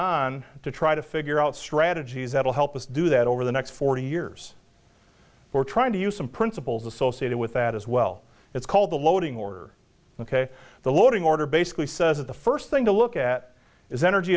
on to try to figure out strategies that will help us do that over the next forty years we're trying to use some principles associated with that as well it's called the loading order ok the loading order basically says that the first thing to look at is energy